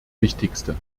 wichtigste